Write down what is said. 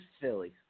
Philly